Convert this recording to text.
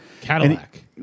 Cadillac